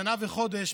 שנה וחודש,